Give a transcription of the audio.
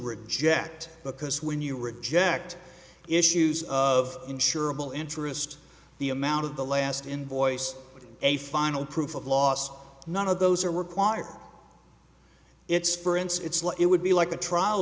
reject because when you reject issues of insurable interest the amount of the last invoice a final proof of loss none of those are required it's it would be like the trial